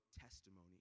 testimony